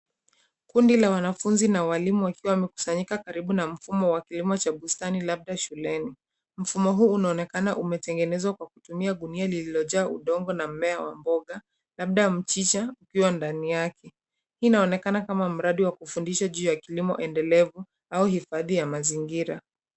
Kundi la walimu na wanafunzi wakiwa wamekusanyika karibu na mfumo wa kilimo cha bustani, labda shuleni. Mfumo huu unaonekana umetengenezwa kwa kutumia gunia lililojaa udongo na mmea wa mboga, labda mchicha ukiwa ndani yake. Hii inaonekana kama mradi wa kufundisha juu ya kilimo endelevu ua hifadhi ya mazingira.